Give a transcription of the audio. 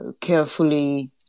carefully